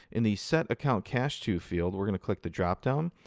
in the set account cash to field, we're going to click the dropdown.